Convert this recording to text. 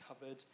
covered